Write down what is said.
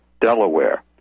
Delaware